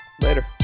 Later